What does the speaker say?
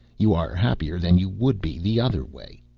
you are happier than you would be, the other way.